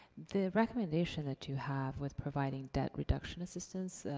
the recommendation that you have, with providing debt reduction assistance,